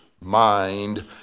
mind